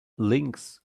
links